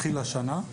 התחיל השנה.